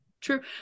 True